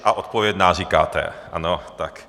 A odpovědná říkáte, ano, tak.